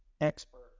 expert